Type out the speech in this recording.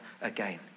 again